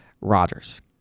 Rodgers